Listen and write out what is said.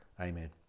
amen